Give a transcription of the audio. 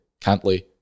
Cantley